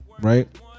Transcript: right